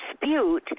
dispute